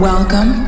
Welcome